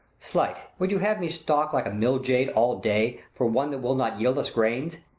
slight! would you have me stalk like a mill-jade, all day, for one that will not yield us grains?